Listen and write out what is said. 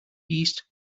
east